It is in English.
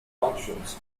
functions